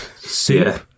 soup